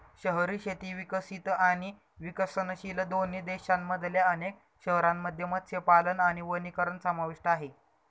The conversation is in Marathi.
शहरी शेती विकसित आणि विकसनशील दोन्ही देशांमधल्या अनेक शहरांमध्ये मत्स्यपालन आणि वनीकरण समाविष्ट आहे